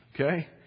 Okay